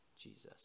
Jesus